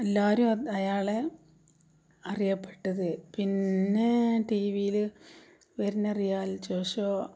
എല്ലാവരും അയാളെ അറിയപ്പെട്ടത് പിന്നെ ടീ വിയിൽ വരുന്ന റിയാലിറ്റി ഷോ